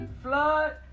flood